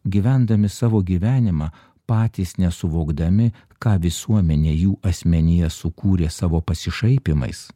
gyvendami savo gyvenimą patys nesuvokdami ką visuomenė jų asmenyje sukūrė savo pasišaipymais